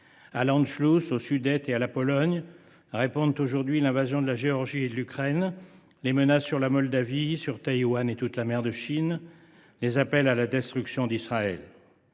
À l’Anschluss, aux Sudètes et à la Pologne répondent l’invasion de la Géorgie et de l’Ukraine, les menaces sur la Moldavie, sur Taïwan et toute la mer de Chine et les appels à la destruction d’Israël.